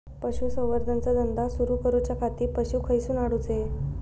पशुसंवर्धन चा धंदा सुरू करूच्या खाती पशू खईसून हाडूचे?